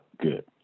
Good